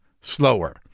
slower